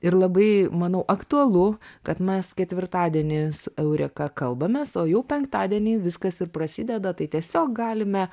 ir labai manau aktualu kad mes ketvirtadienį su eureka kalbamės o jau penktadienį viskas ir prasideda tai tiesiog galime